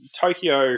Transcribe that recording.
Tokyo